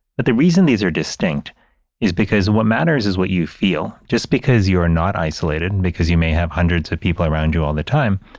but the reason these are distinct is because what matters is what you feel. just because you are not isolated, and because you may have hundreds of people around you all the time,